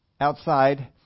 outside